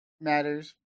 matters